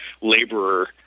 laborer